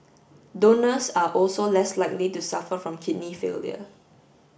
donors are also less likely to suffer from kidney failure